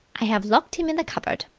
i have locked him in the cupboard.